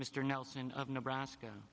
mr nelson of nebraska